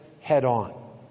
head-on